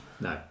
No